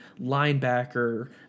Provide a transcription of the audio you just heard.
linebacker